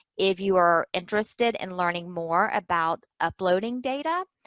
if you are interested in learning more about uploading data,